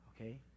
okay